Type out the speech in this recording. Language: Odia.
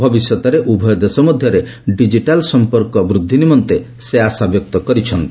ଭବିଷ୍ୟତରେ ଉଭୟ ଦେଶ ମଧ୍ୟରେ ଡିଜିଟାଲ ସଂପର୍କ ବୃଦ୍ଧି ନିମନ୍ତେ ସେ ଆଶାବ୍ୟକ୍ତ କରିଛନ୍ତି